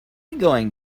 going